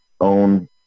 own